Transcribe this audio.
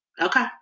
okay